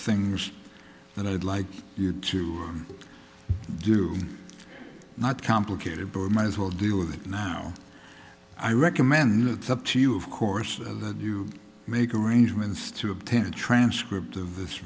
things that i'd like you to do not complicated but we might as well deal with it now i recommend that's up to you of course that you make arrangements to obtain a transcript of this